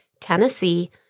Tennessee